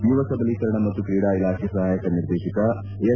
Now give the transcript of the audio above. ಯುವ ಸಬಲೀಕರಣ ಮತ್ತು ಕ್ರೀಡಾ ಇಲಾಖೆ ಸಹಾಯಕ ನಿರ್ದೇಶಕ ಎಸ್